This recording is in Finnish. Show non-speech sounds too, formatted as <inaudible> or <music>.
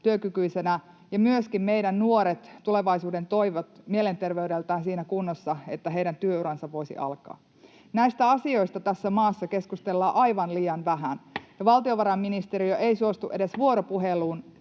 työkykyisenä ja myöskin meidän nuoret, tulevaisuuden toivot, mielenterveydeltään siinä kunnossa, että heidän työuransa voisi alkaa. Näistä asioista tässä maassa keskustellaan aivan liian vähän, <noise> ja valtiovarainministeriö ei suostu edes vuoropuheluun,